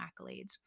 accolades